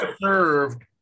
served